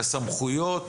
מהסמכויות,